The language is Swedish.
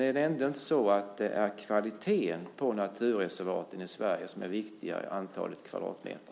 Är ändå inte kvaliteten på naturreservaten i Sverige viktigare än antalet kvadratmeter?